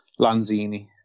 Lanzini